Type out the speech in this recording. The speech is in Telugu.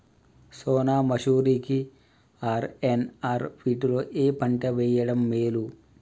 సోనా మాషురి కి ఆర్.ఎన్.ఆర్ వీటిలో ఏ పంట వెయ్యడం మేలు?